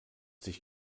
dich